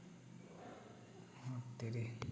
ᱫᱷᱩᱛᱛᱮᱨᱤ